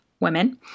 women